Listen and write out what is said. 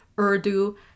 Urdu